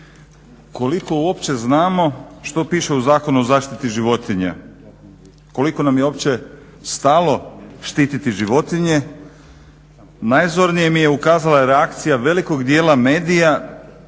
koliko uopće znamo što pište u Zakonu o zaštiti životinja? Koliko nam je uopće stalo štititi životinje? Najzornije mi je ukazala reakcija velikog djela medija